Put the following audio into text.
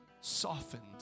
softened